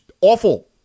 awful